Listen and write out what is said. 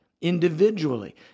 individually